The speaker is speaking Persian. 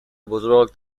بزرگ